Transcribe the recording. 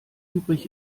übrig